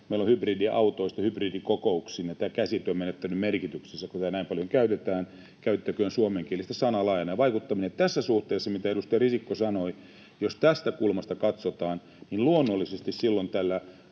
käsitteitä hybridiautoista hybridikokouksiin, ja tämä käsite on menettänyt merkityksensä, kun tätä näin paljon käytetään. Käytettäköön suomenkielisiä sanoja ”laaja-alainen vaikuttaminen”. Tässä suhteessa, mitä edustaja Risikko sanoi — jos tästä kulmasta katsotaan — luonnollisesti on